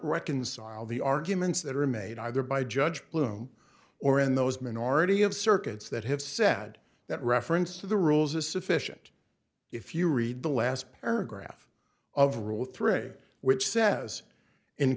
reconcile the arguments that are made either by judge blum or in those minority of circuits that have said that reference to the rules is sufficient if you read the last paragraph of rule three which says in